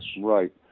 Right